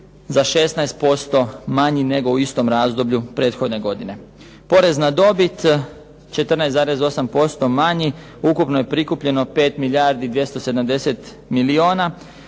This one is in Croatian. za 16% manji nego u istom razdoblju prethodne godine. Porez na dobit 14,8% manji, ukupno je prikupljeno 5 milijardi 270 milijuna.